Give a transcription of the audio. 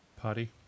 party